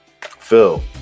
Phil